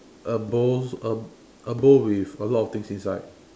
a bowl a a bowl with a lot of things inside